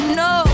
no